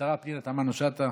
השר פנינה תמנו שטה.